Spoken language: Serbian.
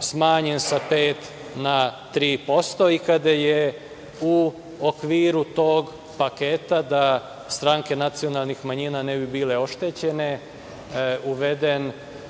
smanjen sa 5% na 3% i kada je u okviru tog paketa da stranke nacionalnih manjina ne bi bile oštećene, uvedeno